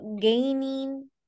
gaining